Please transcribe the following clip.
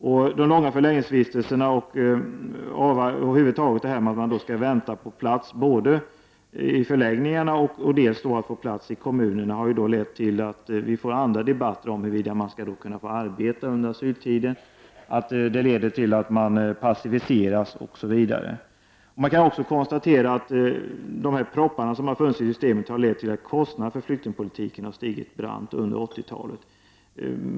De långvariga förläggningsvistelserna och över huvud taget det faktum att människor skall vänta på plats både i förläggningarna och i kommunerna har lett till debatter om huruvida man skall få arbeta under asyltiden, att det leder till att de asylsökande passiviseras, osv. Man kan också konstatera att de proppar som har funnits i systemet har lett till att kostnaderna för flyktingpolitiken har stigit brant under 80-talet.